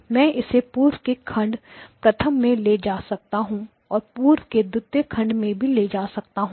मैं इससे पूर्व के खंड प्रथम में ले जा सकता हूं तथा पूर्व के द्वितीय खंड में भी ले जा सकता हूं